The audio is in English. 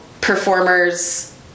performers